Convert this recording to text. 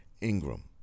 Ingram